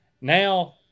now